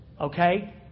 okay